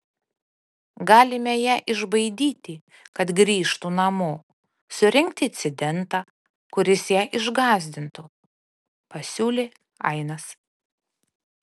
galime ją išbaidyti kad grįžtų namo surengti incidentą kuris ją išgąsdintų pasiūlė ainas